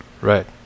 Right